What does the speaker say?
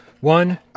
One